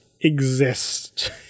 exist